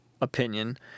opinion